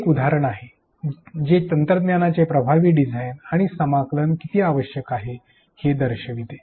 हे एक उदाहरण आहे जे तंत्रज्ञानाचे प्रभावी डिझाइन आणि समाकलन किती आवश्यक आहे हे दर्शविते